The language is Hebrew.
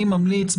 אני ממליץ,